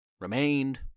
remained